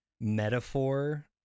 metaphor